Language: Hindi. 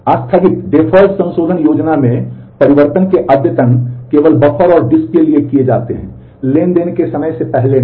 आस्थगित संशोधन योजना में परिवर्तन के अद्यतन केवल बफर और डिस्क के लिए किए जाते हैं ट्रांज़ैक्शन के समय से पहले नहीं